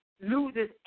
loses